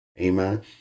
Amen